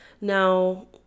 now